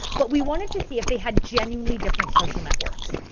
but we wanted to see if they had genuinely different social networks.